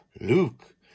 Luke